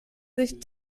sich